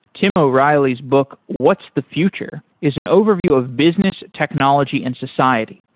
tim o'reilly's book, what's the future is an overview of business, technology and society.